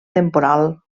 temporal